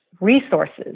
resources